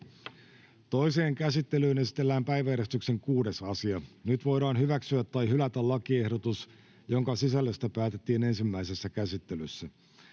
Toiseen käsittelyyn esitellään päiväjärjestyksen 6. asia. Nyt voidaan hyväksyä tai hylätä lakiehdotus, jonka sisällöstä päätettiin ensimmäisessä käsittelyssä.